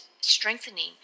strengthening